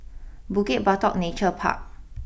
Bukit Batok Nature Park